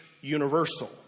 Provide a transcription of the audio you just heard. universal